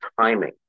timing